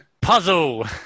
puzzle